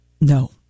No